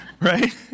right